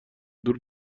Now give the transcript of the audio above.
دور